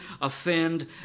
offend